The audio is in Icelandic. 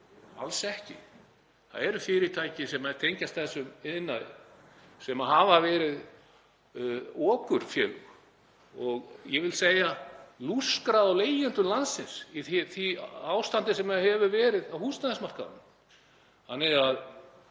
alls ekki. Það eru fyrirtæki sem tengjast þessum iðnaði sem hafa verið okurfélög og ég vil segja lúskrað á leigjendum landsins í því ástandi sem hefur verið á húsnæðismarkaðnum. Niðurstaða